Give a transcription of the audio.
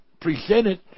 presented